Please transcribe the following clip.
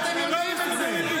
הרי אתם יודעים את זה.